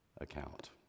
account